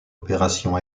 opération